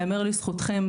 ייאמר לזכותכם,